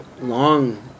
long